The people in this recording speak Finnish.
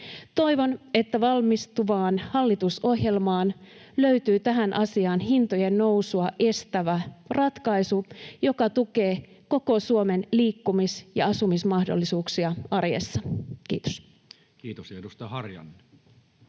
Toivon, että valmistuvaan hallitusohjelmaan löytyy tähän asiaan hintojen nousua estävä ratkaisu, joka tukee koko Suomen liikkumis- ja asumismahdollisuuksia arjessa. — Kiitos.